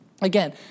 Again